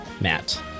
Matt